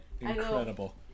incredible